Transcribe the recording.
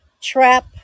trap